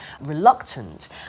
reluctant